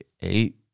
Eight